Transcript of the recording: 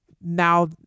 now